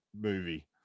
movie